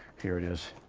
here it is